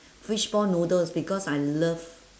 fishball noodles because I love